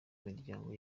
miryango